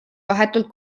vahetult